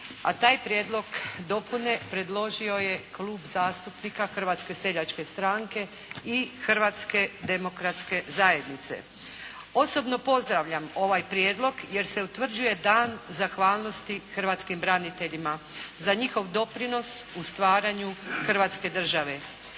a taj prijedlog dopune predložio je Klub zastupnika Hrvatske seljačke stranke i Hrvatske demokratske zajednice. Osobno pozdravljam ovaj prijedlog jer se utvrđuje dan zahvalnosti hrvatskim braniteljima za njihov doprinos u stvaranju Hrvatske Države,